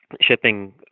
shipping